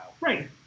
Right